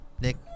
Nick